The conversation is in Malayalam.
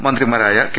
മന്ത്രിമാരായ കെ